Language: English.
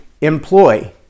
employ